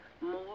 more